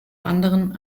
anderen